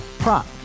Prop